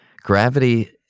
Gravity